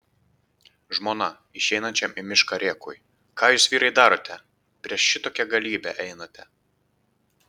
žmona išeinančiam į mišką rėkui ką jūs vyrai darote prieš šitokią galybę einate